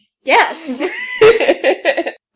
Yes